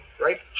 right